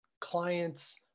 clients